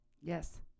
Yes